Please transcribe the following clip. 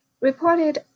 reported